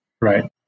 Right